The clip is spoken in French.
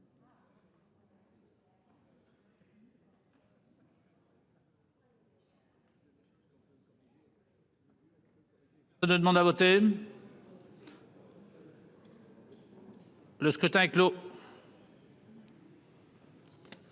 Le scrutin est clos.